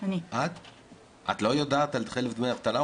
את לא יודעת על חלף דמי אבטלה?